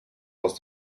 aus